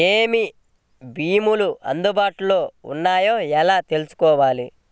ఏమేమి భీమాలు అందుబాటులో వున్నాయో ఎలా తెలుసుకోవాలి?